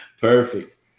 Perfect